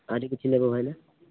ଆହୁରି କିଛି ନେବେ ଭାଇନା